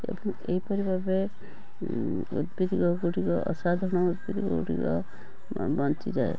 ଏବଂ ଏହିପରି ଭାବେ ଉଭିଦ ଗୁଡ଼ିକ ଅସଧାନ ଉଭିଦ ଗୁଡ଼ିକ ବଞ୍ଚିଯାଏ